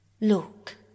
Look